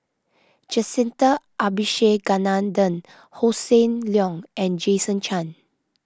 Jacintha Abisheganaden Hossan Leong and Jason Chan